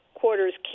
quarters